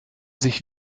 sich